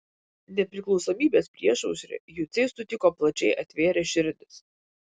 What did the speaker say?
nepriklausomybės priešaušrį juciai sutiko plačiai atvėrę širdis